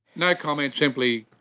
no comment, simply,